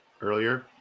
earlier